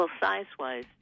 size-wise